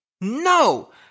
No